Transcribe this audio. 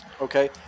Okay